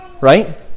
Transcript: right